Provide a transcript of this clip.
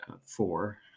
four